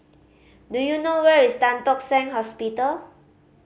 do you know where is Tan Tock Seng Hospital